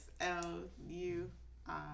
S-L-U-I